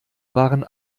waren